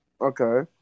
Okay